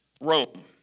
Rome